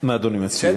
מה אדוני מציע?